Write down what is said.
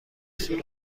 صورت